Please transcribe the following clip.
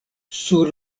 sur